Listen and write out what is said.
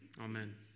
Amen